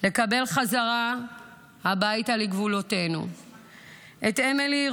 לקבל חזרה הביתה לגבולותינו את אמילי,